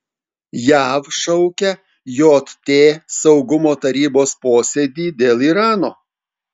jav šaukia jt saugumo tarybos posėdį dėl irano